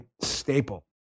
staple